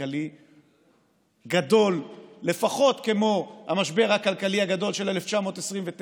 כלכלי גדול לפחות כמו המשבר הכלכלי הגדול של 1929,